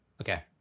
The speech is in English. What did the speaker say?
Okay